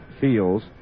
feels